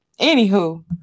anywho